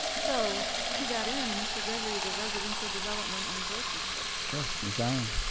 so to that end, mr. gregory, the residential development and growth report. yes, ms. allen.